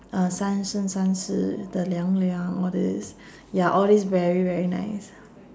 uh san sheng san shi the liang liang all this ya all this very very nice